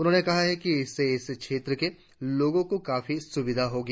उन्होंने कहा कि इससे इस क्षेत्र के लोगों को काफी सुविधा होगी